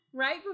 Right